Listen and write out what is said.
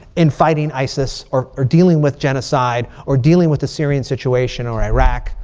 in fighting isis. or or dealing with genocide. or dealing with the syrian situation or iraq.